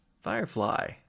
Firefly